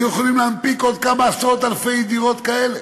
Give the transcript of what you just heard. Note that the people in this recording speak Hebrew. היו יכולים להנפיק עוד כמה עשרות-אלפי דירות כאלה.